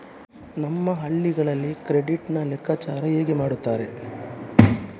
ನಮ್ಮ ಹಳ್ಳಿಗಳಲ್ಲಿ ಕ್ರೆಡಿಟ್ ನ ಲೆಕ್ಕಾಚಾರ ಹೇಗೆ ಮಾಡುತ್ತಾರೆ?